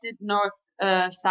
north-south